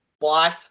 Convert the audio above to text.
wife